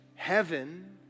Heaven